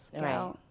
Right